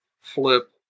flip